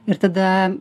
ir tada